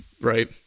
Right